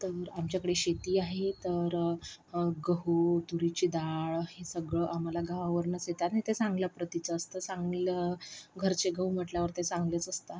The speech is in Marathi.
तर आमच्याकडे शेती आहे तर गहू तुरीची डाळ हे सगळं आम्हाला गावावरूनच येतं आणि ते चांगल्या प्रतीचं असतं चांगलं घरचे गहू म्हटल्यावर ते चांगलेच असतात